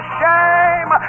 shame